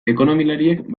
ekonomialariek